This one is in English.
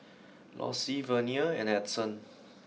Lossie Vernia and Edson